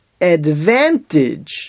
advantage